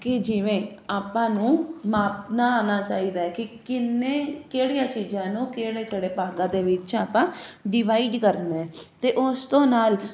ਕਿ ਜਿਵੇਂ ਆਪਾਂ ਨੂੰ ਮਾਪਨਾ ਆਉਣਾ ਚਾਹੀਦਾ ਕਿ ਕਿੰਨੇ ਕਿਹੜੀਆਂ ਚੀਜ਼ਾਂ ਨੂੰ ਕਿਹੜੇ ਕਿਹੜੇ ਭਾਗਾਂ ਦੇ ਵਿੱਚ ਆਪਾਂ ਡਿਵਾਈਡ ਕਰਨਾ ਤੇ ਉਸ ਤੋਂ ਨਾਲ